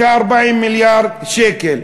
את ה-40 מיליארד שקל.